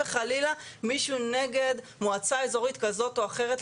וחלילה מישהו נגד מועצה איזורית כזאת או אחרת.